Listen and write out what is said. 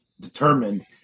determined